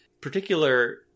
particular